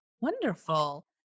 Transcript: Wonderful